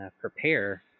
prepare